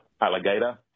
alligator